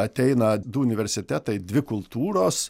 ateina du universitetai dvi kultūros